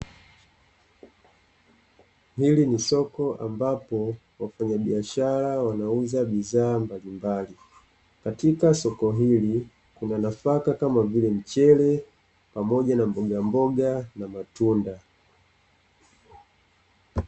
Hili ni soko ambapo wafanyabiashara wanauza bidhaa mbalimbali. Katika soko hili kuna nafaka kama vile: mchele, pamoja na mbogamboga na matunda.